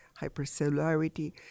hypercellularity